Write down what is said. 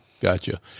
gotcha